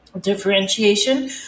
differentiation